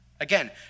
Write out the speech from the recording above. Again